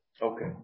Okay